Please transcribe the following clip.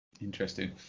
interesting